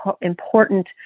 important